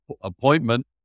appointment